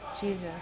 Jesus